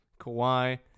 Kawhi